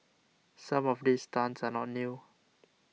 some of these stunts are not new